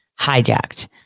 hijacked